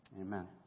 Amen